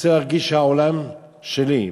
אני רוצה להרגיש שהעולם שלי.